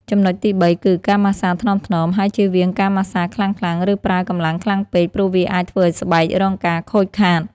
ចំណុចទីបីគឺ ការម៉ាស្សាថ្នមៗ ហើយជៀសវាងការម៉ាស្សាខ្លាំងៗ ឬប្រើកម្លាំងខ្លាំងពេក ព្រោះវាអាចធ្វើឱ្យស្បែករងការខូចខាត។